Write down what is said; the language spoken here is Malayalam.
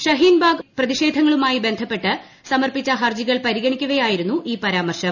ഷഹീൻബാഗ് പ്രതിഷേധങ്ങളുമായി ബന്ധപ്പെട്ട് സമർപ്പിച്ച ഹർജികൾ പരിഗണിക്കവെയായിരുന്നു ഈ പരാമർശം